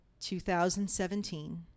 2017